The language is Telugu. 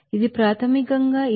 ఇది ప్రాథమికంగా ఈ ద్రవ భాగాలు 0